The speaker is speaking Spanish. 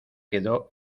quedó